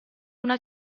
una